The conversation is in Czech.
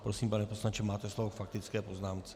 Prosím, pane poslanče, máte slovo k faktické poznámce.